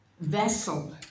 vessel